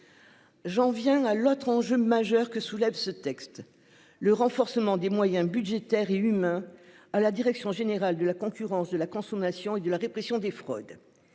J'en viens à l'autre enjeu majeur que soulève ce texte le renforcement des moyens budgétaires et humains à la direction générale de la concurrence de la consommation et de la répression des fraudes.